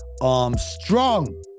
armstrong